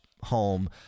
home